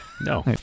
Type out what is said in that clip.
no